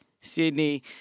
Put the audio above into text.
sydney